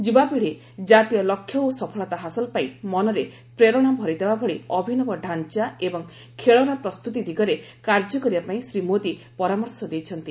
ଯ୍ରବାପିଡ଼ି ଜାତୀୟ ଲକ୍ଷ୍ୟ ଓ ସଫଳତା ହାସଲ ପାଇଁ ମନରେ ପ୍ରେରଣା ଭରିଦେବା ଭଳି ଅଭିନବ ଢାଞ୍ଚା ଏବଂ ଖେଳନା ପ୍ରସ୍ତୁତି ଦିଗରେ କାର୍ଯ୍ୟ କରିବା ପାଇଁ ଶ୍ରୀ ମୋଦି ପରାମର୍ଶ ଦେଇଛନ୍ତି